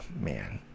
man